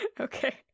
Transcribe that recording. Okay